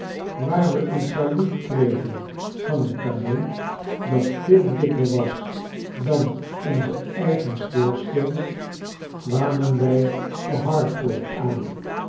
waar we een saluut kregen van een kanon dat veel dikker was dan onze eigen schoorsteen kwamen wij te hartford aan